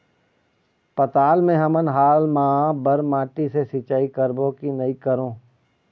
पताल मे हमन हाल मा बर माटी से सिचाई करबो की नई करों?